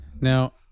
Now